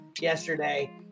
yesterday